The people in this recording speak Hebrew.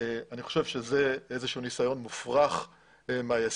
אני חושב שזה איזשהו ניסיון מופרך מהיסוד.